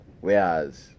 Whereas